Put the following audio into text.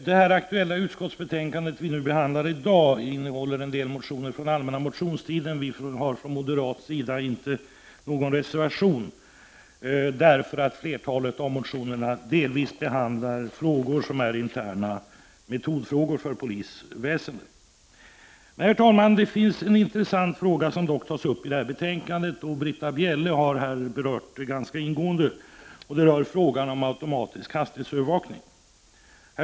Herr talman! Det utskottsbetänkande vi nu behandlar innehåller en del motioner från allmänna motionstiden. Vi har från moderat sida inte någon reservation, eftersom flertalet av motionerna delvis behandlar frågor som är interna metodfrågor för polisväsendet. Men, herr talman, det finns en intressant fråga som tas upp i betänkandet. Britta Bjelle har här berört den ganska ingående — det är frågan om automatisk hastighetsövervakning.